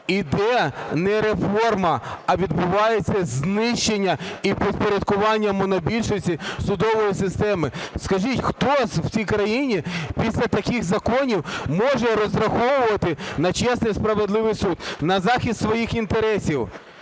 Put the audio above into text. Йде не реформа, а відбувається знищення і підпорядкування монобільшості судової системи. Скажіть, хто в цій країні після таких законів може розраховувати на чесний і справедливий суд, на захист своїх інтересів?